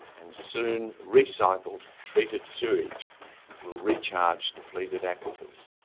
and soon recycled, treated sewage will recharge depleted aquifers.